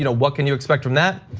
you know what can you expect from that.